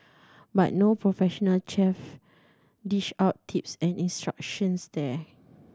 but no professional chef dish out tips and instructions there